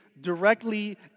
directly